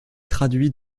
traduit